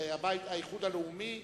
האיחוד הלאומי: